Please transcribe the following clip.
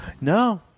No